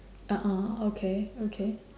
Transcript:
(uh huh) okay okay